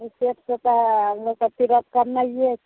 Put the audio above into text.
अइसेमे तऽ तीरथ करनाइए छै